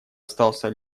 остался